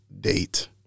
date